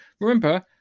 remember